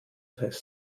fest